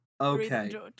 okay